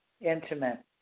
Intimate